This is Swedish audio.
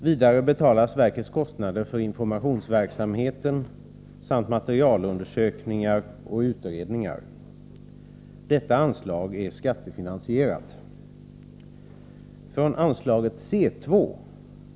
Vidare betalas verkets kostnader för informationsverksamheten samt materialundersökningar och utredningar. Detta anslag är skattefinansierat. Från anslaget C2.